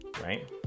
right